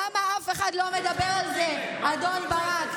למה אף אחד לא מדבר על זה, אדון בן ברק?